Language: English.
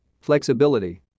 Flexibility